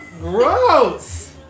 Gross